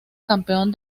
campeón